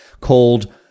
called